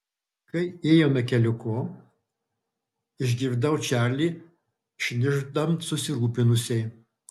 kai ėjome keliuku išgirdau čarlį šnibždant susirūpinusiai